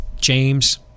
James